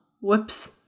Whoops